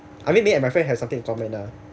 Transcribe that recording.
I mean me and my friend have something in common lah